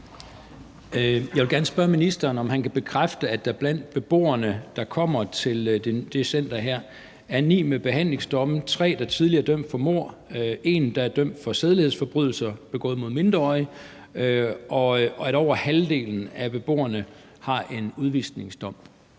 Jeg vil gerne spørge ministeren, om han kan bekræfte, at der blandt beboerne, der kommer til det her center, er ni med behandlingsdomme, tre, der tidligere er dømt for mord, en, der er dømt for sædelighedsforbrydelser begået mod mindreårige, og at over halvdelen af beboerne har en udvisningsdom.